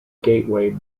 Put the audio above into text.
gateway